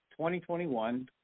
2021